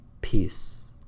Peace